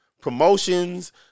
promotions